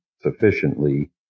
sufficiently